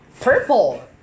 Purple